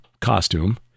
costume